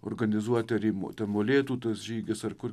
organizuoti ar ima ten molėtų tas žygis ar kur